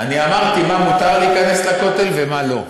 אני אמרתי למה מותר להיכנס לכותל ומה לא.